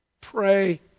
Pray